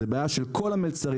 זה בעיה של כל המלצרים,